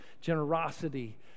generosity